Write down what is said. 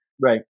Right